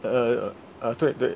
uh uh 对对